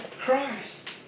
Christ